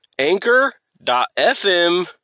anchor.fm